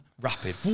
rapid